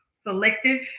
selective